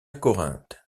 corinthe